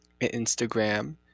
instagram